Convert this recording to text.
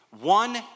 one